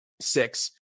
six